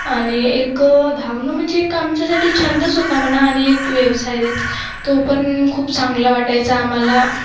आणि एक धावणं म्हणजे एक आमच्यासाठी छंदच होता म्हणा आणि एक व्यवसायच तो पण खूप चांगला वाटायचा आम्हाला